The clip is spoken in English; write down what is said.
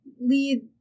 lead